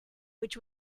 which